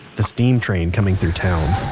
the steam train coming through town